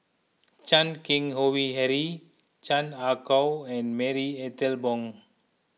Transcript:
Chan Keng Howe Harry Chan Ah Kow and Marie Ethel Bong